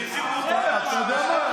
עד שהחזירו, אתה יודע מה?